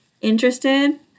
Interested